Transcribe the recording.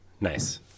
Nice